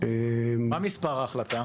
מה מספר ההחלטה?